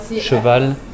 cheval